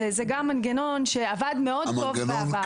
זה גם מנגנון שעבד מאוד טוב בעבר.